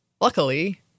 luckily